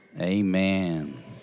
Amen